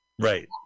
Right